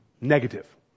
negative